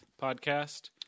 podcast